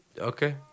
Okay